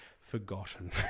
forgotten